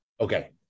Okay